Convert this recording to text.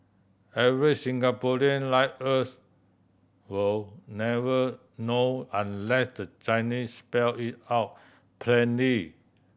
average Singaporean like us will never know unless the Chinese spell it out plainly